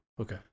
Okay